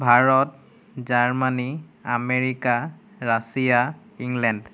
ভাৰত জাৰ্মানী America Russia England